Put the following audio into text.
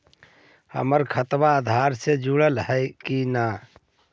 हमर खतबा अधार से जुटल हई कि न?